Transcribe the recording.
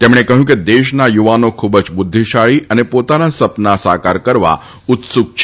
તેમણે કહ્યું કે દેશના યુવાનો ખૂબ જ બુદ્ધિશાળી અને પોતાના સપના સાકાર કરવા ઉત્સુક છે